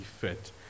fit